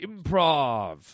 Improv